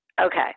Okay